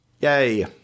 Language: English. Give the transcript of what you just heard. yay